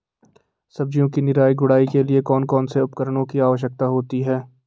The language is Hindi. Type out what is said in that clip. सब्जियों की निराई गुड़ाई के लिए कौन कौन से उपकरणों की आवश्यकता होती है?